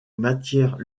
matières